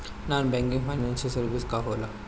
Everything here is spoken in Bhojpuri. नॉन बैंकिंग फाइनेंशियल सर्विसेज का होला?